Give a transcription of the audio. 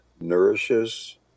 nourishes